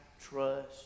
trust